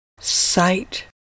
sight